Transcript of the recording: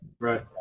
Right